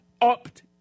opt